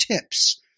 tips